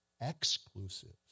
exclusive